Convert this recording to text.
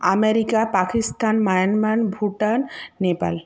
America Pakistan Myanmar Bhutan Nepal